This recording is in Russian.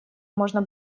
можно